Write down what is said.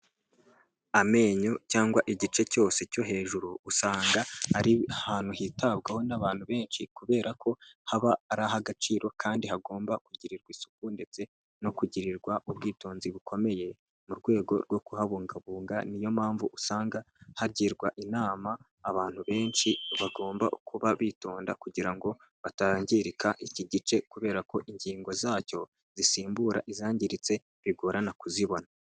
Amenyo cyangwa igice cyose cyo hejuru, usanga ari ahantu hitabwaho n'abantu benshi, kubera ko haba arih'agaciro kandi hagomba kugirirwa isuku, ndetse no kugirirwa ubwitonzi bukomeye. Mu rwego rwo kuhabungabunga niyo mpamvu usanga hagirwa inama abantu benshi, bagomba kuba bitonda kugira ngo batangirika iki gice, kubera ko ingingo zacyo, zisimbura izangiritse bigorana kuzibona.